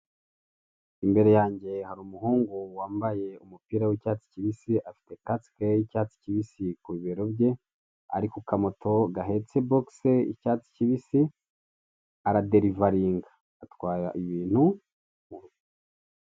Imbere yanjye hari umuhungu wambaye umupira w'icyatsi kibisi, afite kasike y'icyatsi kibisi ku bibero bye, ari ku kamoto gahetse bogise y'icyatsi kibisi, araderivaringa atwara ibintu.